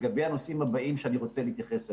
לגבי הנושאים הבאים שאני רוצה להתייחס אליהם.